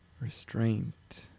Restraint